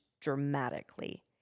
dramatically